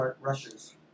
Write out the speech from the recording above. rushers